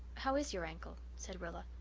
how is your ankle? said rilla.